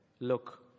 Look